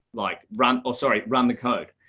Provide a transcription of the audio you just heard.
like run or sorry, run the code,